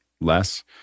less